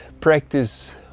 practice